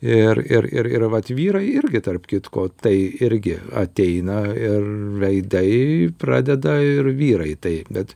ir ir ir vat vyrai irgi tarp kitko tai irgi ateina ir veidai pradeda ir vyrai tai bet